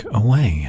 away